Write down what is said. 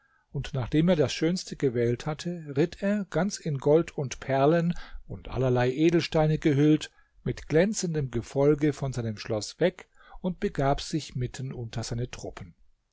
und nachdem er das schönste gewählt hatte ritt er ganz in gold und perlen und allerlei edelsteine gehüllt mit glänzendem gefolge von seinem schloß weg und begab sich mitten unter seine truppen